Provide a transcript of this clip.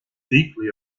deeply